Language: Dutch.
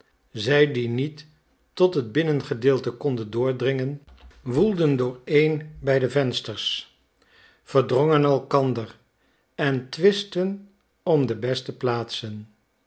zij die niet tot het binnengedeelte konden doordringen woelden dooreen bij de vensters verdrongen elkander en twistten om de beste plaatsen